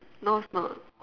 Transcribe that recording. no it's not